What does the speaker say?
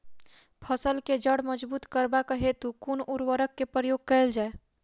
फसल केँ जड़ मजबूत करबाक हेतु कुन उर्वरक केँ प्रयोग कैल जाय?